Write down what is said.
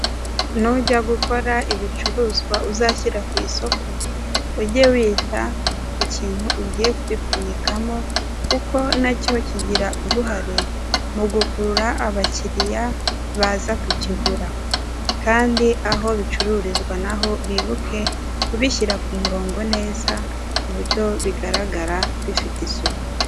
Nujya gukora ibicuruzwa uzashyira ku isoko ujye wita ku kintu ugiye kubipfunyikamo kuko nacyo kigira uruhare mu gukurura abakiriya baza kukigura; kandi aho bicururizwa naho bibuke kubishyira ku murongo neza ku buryo bigaragara bifite isuku.